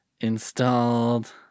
Installed